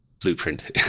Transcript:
blueprint